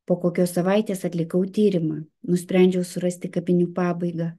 po kokios savaitės atlikau tyrimą nusprendžiau surasti kapinių pabaigą